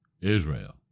Israel